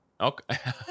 Okay